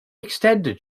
extended